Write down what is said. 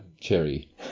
cherry